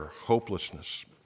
hopelessness